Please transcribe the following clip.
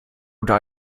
oder